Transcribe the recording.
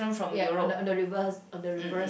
ya on the on the reverse on the reverse